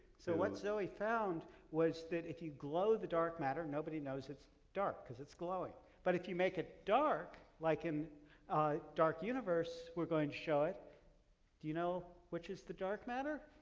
so what zoe found was that, if you glow the dark matter, nobody knows it's dark, because it's glowing. but if you make it dark, like in ah dark universe we're going to show it do you know which is the dark matter?